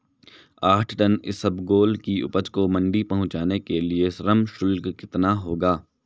आठ टन इसबगोल की उपज को मंडी पहुंचाने के लिए श्रम शुल्क कितना होगा?